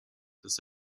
das